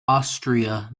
austria